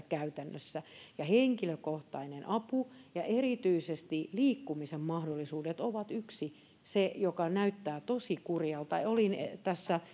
käytännössä henkilökohtainen apu ja erityisesti liikkumisen mahdollisuudet ovat yksi asia joka näyttää tosi kurjalta olin tässä